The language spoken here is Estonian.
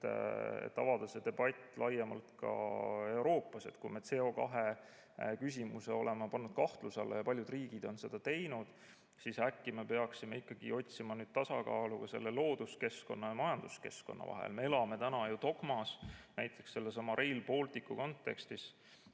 et avada see debatt laiemalt ka Euroopas. Kui me CO2küsimuse oleme pannud kahtluse alla ja paljud riigid on seda teinud, siis äkki me peaksime otsima tasakaalu looduskeskkonna ja majanduskeskkonna vahel? Me elame täna dogmas. Näiteks sellesama Rail Balticu kontekstis